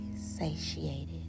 satiated